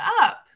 up